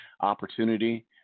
opportunity